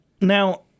Now